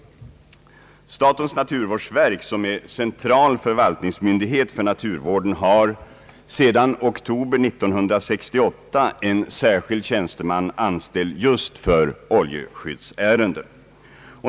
Statens naturvårdsverk, som är central förvaltningsmyndighet för naturvården, har sedan oktober 1968 en särskild tjänsteman anställd just för oljeskyddsärenden.